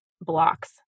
blocks